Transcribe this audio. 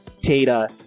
data